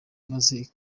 maze